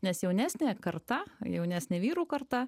nes jaunesnė karta jaunesnė vyrų karta